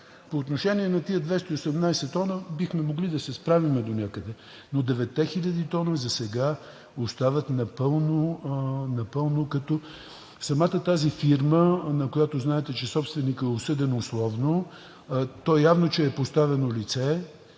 По отношение на тези 218 тона бихме могли да се справим донякъде, но 9-те хиляди тона засега остават напълно като… Самата тази фирма, на която знаете, че собственикът е осъден условно, той явно, че е подставено лице.